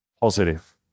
positive